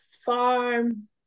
Farm